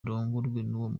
n’uwo